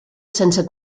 sense